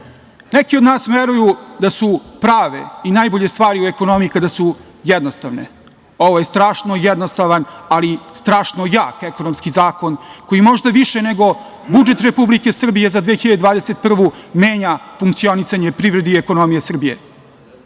neki od nas veruju da su prave i najbolje stvari u ekonomiji kada su jednostavne. Ovo je strašno jednostavan, ali strašno jak ekonomski zakon, koji možda više nego budžet Republike Srbije za 2021. godinu menja funkcionisanje privrede i ekonomije